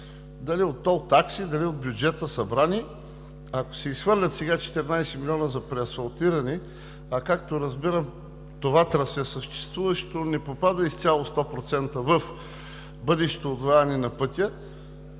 дали от тол такси, дали от бюджета събрани. Ако се изхвърлят сега 14 милиона за преасфалтиране, а както разбирам съществуващото трасе не попада изцяло – 100%, в бъдещото усвояване на пътя,